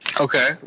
Okay